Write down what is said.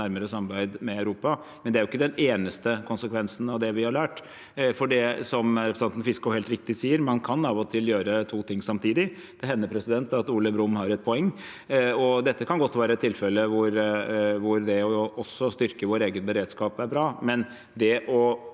nærmere samarbeid med Europa, men det er jo ikke den eneste konsekvensen av det vi har lært. Som representanten Fiskaa helt riktig sier, kan man av og til gjøre to ting samtidig – det hender at Ole Brumm har et poeng – og dette kan godt være et tilfelle hvor det å også styrke vår egen beredskap er bra. Når det